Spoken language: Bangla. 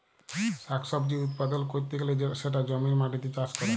শাক সবজি উৎপাদল ক্যরতে গ্যালে সেটা জমির মাটিতে চাষ ক্যরে